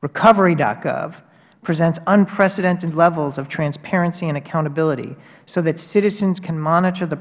recovery gov presents unprecedented levels of transparency and accountability so that citizens can monitor the